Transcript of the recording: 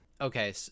Okay